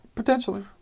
Potentially